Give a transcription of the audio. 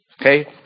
Okay